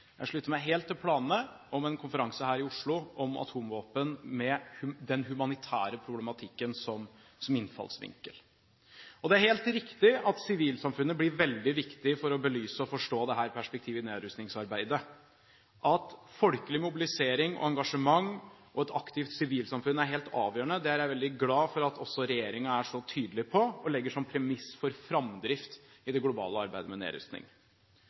Jeg slutter meg helt til planene om en konferanse her i Oslo om atomvåpen med en humanitær problematikk som innfallsvinkel. Det er helt riktig at sivilsamfunnet blir veldig viktig for å belyse og forstå dette perspektivet i nedrustningsarbeidet. At folkelig mobilisering og engasjement og et aktivt sivilsamfunn er helt avgjørende, er jeg veldig glad for at regjeringen er så tydelig på og legger som premiss for framdrift i det globale arbeidet med nedrustning.